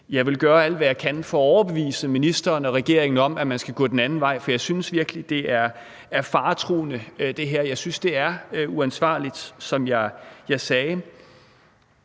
Jeg vil gøre alt, hvad jeg kan, for at overbevise ministeren og regeringen om, at man skal gå den anden vej, for jeg synes virkelig, det her er faretruende. Jeg synes, det er uansvarligt, som jeg sagde,